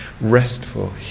restful